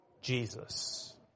Jesus